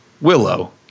Willow